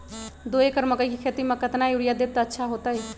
दो एकड़ मकई के खेती म केतना यूरिया देब त अच्छा होतई?